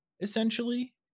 essentially